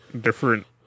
different